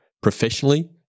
professionally